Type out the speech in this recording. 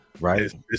Right